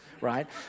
right